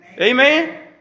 Amen